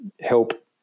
help